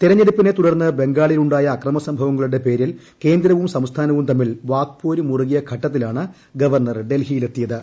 തെരഞ്ഞെടു പ്പിനെ തുടർന്ന് ബംഗാളിലുണ്ടായ അക്രമസംഭവങ്ങളുടെ പേരിൽ കേന്ദ്രവും സംസ്ഥാനവും തമ്മിൽ വാക്പോര് മുറുകിയ ഘട്ടത്തിലാണ് ഗവർണർ ഡൽഹിയിലെത്തിയത്